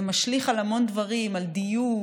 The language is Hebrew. זה משליך על המון דברים: על דיור,